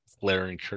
flaring